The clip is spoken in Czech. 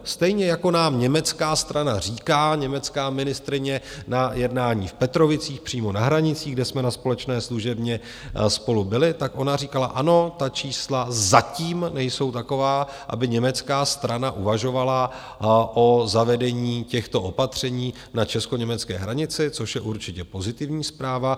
Stejně jako nám německá strana říká, německá ministryně na jednání v Petrovicích přímo na hranicích, kde jsme na společné služebně spolu byli, tak ona říkala: Ano, ta čísla zatím nejsou taková, aby německá strana uvažovala o zavedení těchto opatření na českoněmecké hranici, což je určitě pozitivní zpráva.